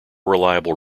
reliable